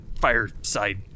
Fireside